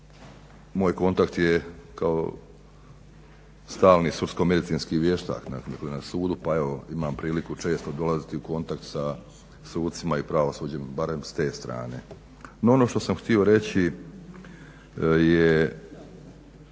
Moj kontakt je kao stalni sudsko medicinski vještak na sudu pa evo imam priliku često dolaziti u kontakt sa sucima i pravosuđem barem s te strane. No, ono što sam htio reći je